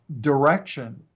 direction